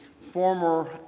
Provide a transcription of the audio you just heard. former